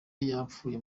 yapfuye